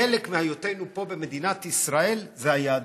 חלק מהיותנו פה, במדינת ישראל, זה היהדות.